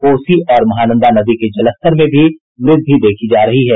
कोसी और महानंदा नदी के जलस्तर में भी वृद्धि देखी जा रही है